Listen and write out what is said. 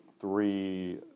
Three